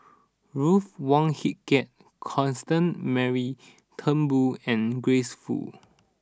Ruth Wong Hie King Constance Mary Turnbull and Grace Fu